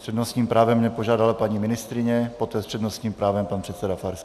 S přednostním právem mě požádala paní ministryně, poté s přednostním právem pan předseda Farský.